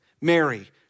Mary